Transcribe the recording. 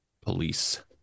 police